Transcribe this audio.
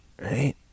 right